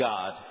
God